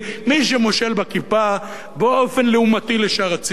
מי שמושל בכיפה באופן לעומתי לשאר הציבור.